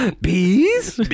Bees